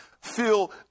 feel